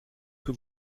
que